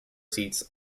seats